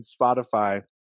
Spotify